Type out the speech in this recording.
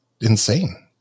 insane